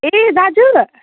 ए दाजु